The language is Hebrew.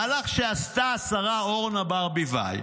מהלך שעשתה השרה אורנה ברביבאי,